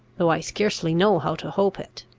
though i scarcely know how to hope it.